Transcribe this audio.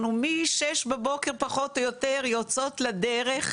אנחנו משש בבוקר פחות או יותר יוצאות לדרך,